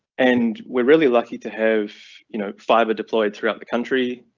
and we're really lucky to have you know fiber deployed throughout the country,